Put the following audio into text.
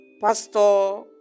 Pastor